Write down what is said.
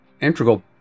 integral